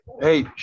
hey